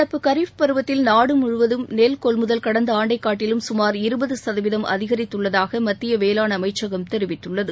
நடப்பு கரீஃப் பருவத்தில் நாடு முழுவதும் நெல் கொள்முதல் கடந்த ஆண்டைக் காட்டிலும் சுமார் இருபது சதவீதம் அதிகரித்துள்ளதாக மத்திய வேளாண் அமைச்சகம் தெரிவத்துள்ளது